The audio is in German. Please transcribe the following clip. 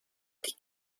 die